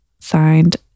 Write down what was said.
signed